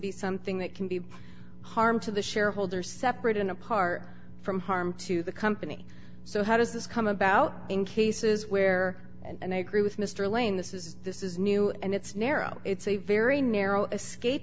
be something that can be harm to the shareholder separate and apart from harm to the company so how does this come about in cases where and i agree with mr lane this is this is new and it's narrow it's a very narrow escape